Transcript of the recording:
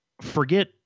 forget